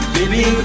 Baby